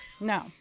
No